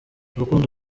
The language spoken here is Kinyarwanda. urukundo